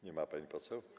Nie ma pani poseł?